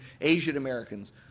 Asian-Americans